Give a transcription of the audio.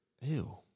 Ew